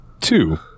Two